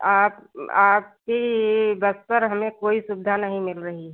आप आपकी बस पर हमें कोई सुविधा नहीं मिल रही है